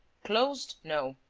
closed? no.